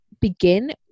Begin